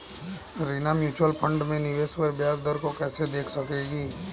Reena mutual fund में निवेश पर ब्याज दर को कैसे देख सकेगी?